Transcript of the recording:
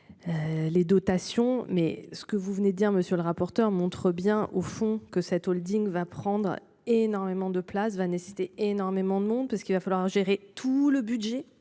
Les dotations. Mais ce que vous venez dire monsieur le rapporteur, montre bien au fond que cette Holding va prendre énormément de place va nécessiter énormément de monde parce qu'il va falloir gérer. Tout le budget